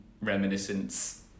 reminiscence